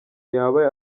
yaba